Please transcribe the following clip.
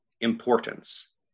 importance